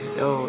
yo